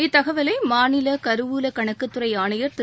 இத்தகவல மாநில கருவூலக் கணக்குத்துறை ஆணயர் திரு